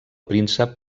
príncep